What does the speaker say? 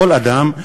כל אדם,